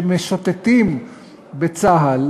שמשוטטים בצה"ל